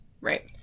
right